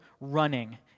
running